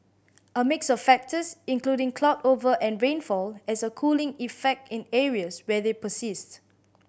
a mix of factors including cloud over and rainfall as a cooling effect in areas where they persist